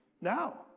Now